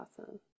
awesome